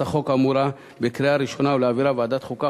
החוק האמורה בקריאה ראשונה ולהעבירה לוועדת החוקה,